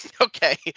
Okay